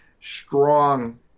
strong